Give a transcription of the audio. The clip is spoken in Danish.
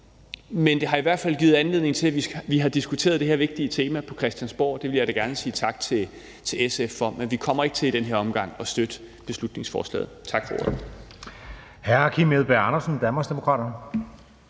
men det har i hvert fald givet anledning til, at vi har diskuteret det her vigtige tema på Christiansborg, og det vil jeg da gerne sige tak til SF for. Men vi kommer ikke til at støtte beslutningsforslaget i den